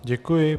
Děkuji.